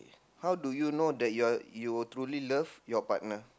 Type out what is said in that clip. how do you know that you are you will truly love your partner